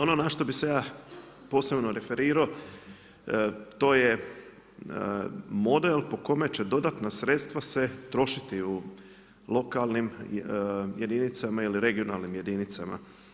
Ono na što bi se ja posebno referirao to je model po kome će dodatna sredstva se trošiti u lokalnim jedinicama ili regionalnom jedinicama.